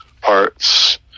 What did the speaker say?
parts